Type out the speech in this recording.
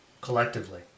collectively